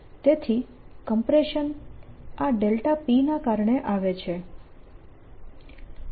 તેથી કમ્પ્રેશન આ p ના કારણે આવે છે